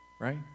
right